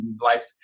life